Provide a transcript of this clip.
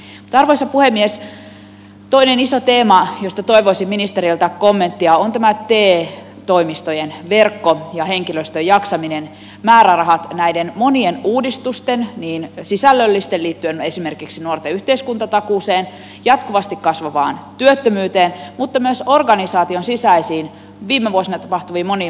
mutta arvoisa puhemies toinen iso teema josta toivoisin ministeriltä kommenttia on tämä te toimistojen verkko ja henkilöstön jaksaminen ja määrärahat näiden monien uudistusten toteuttamiseen niin sisällöllisten uudistusten liittyen esimerkiksi nuorten yhteiskuntatakuuseen ja jatkuvasti kasvavaan työttömyyteen kuin organisaation sisäisiin viime vuosina tapahtuneisiin moniin mullistuksiin